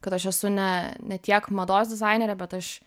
kad aš esu ne ne tiek mados dizainerė bet aš